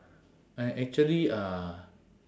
I actually uh